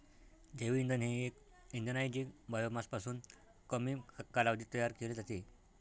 जैवइंधन हे एक इंधन आहे जे बायोमासपासून कमी कालावधीत तयार केले जाते